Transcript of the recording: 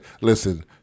Listen